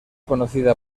conocida